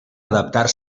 adaptar